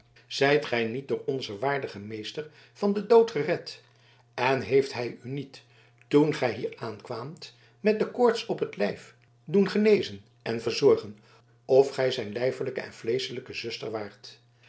zijt gij niet door onzen waardigen meester van den dood gered en heeft hij u niet toen gij hier aankwaamt met de koorts op t lijf doen genezen en verzorgen of ge zijn lijfelijke en vleeschelijke zuster waart